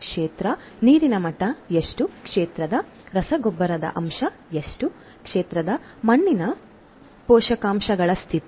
ಕ್ಷೇತ್ರ ನೀರಿನ ಮಟ್ಟ ಎಷ್ಟು ಕ್ಷೇತ್ರದ ರಸಗೊಬ್ಬರ ಅಂಶ ಎಷ್ಟು ಕ್ಷೇತ್ರದ ಮಣ್ಣಿನ ಪೋಷಕಾಂಶಗಳ ಸ್ಥಿತಿ